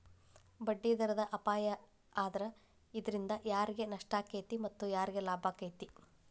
ಬಡ್ಡಿದರದ್ ಅಪಾಯಾ ಆದ್ರ ಇದ್ರಿಂದಾ ಯಾರಿಗ್ ನಷ್ಟಾಕ್ಕೇತಿ ಮತ್ತ ಯಾರಿಗ್ ಲಾಭಾಕ್ಕೇತಿ?